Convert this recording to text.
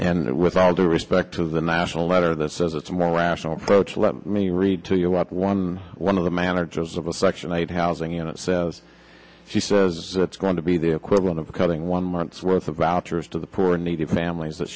and with all due respect to the national letter that says it's a more rational approach let me read to you up one one of the managers of a section eight housing and it says she says it's going to be the equivalent of cutting one month's worth of vouchers to the poor and needy families that